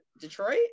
detroit